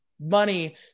money